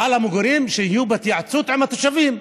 אבל המגורים, שיהיו בהתייעצות עם התושבים.